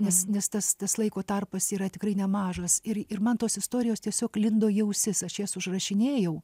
nes nes tas tas laiko tarpas yra tikrai nemažas ir ir man tos istorijos tiesiog lindo į ausis aš jas užrašinėjau